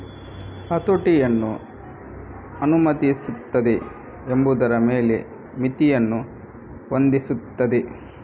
ಹತೋಟಿಯನ್ನು ಅನುಮತಿಸುತ್ತದೆ ಎಂಬುದರ ಮೇಲೆ ಮಿತಿಯನ್ನು ಹೊಂದಿಸುತ್ತದೆ